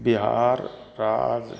बिहार राज्य